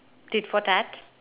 tit for tat